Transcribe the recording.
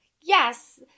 Yes